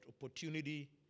opportunity